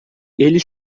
ele